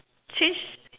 change